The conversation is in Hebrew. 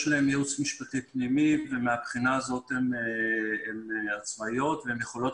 יש להן ייעוץ משפטי פנימי ומהבחינה הזאת הן עצמאיות והן יכולות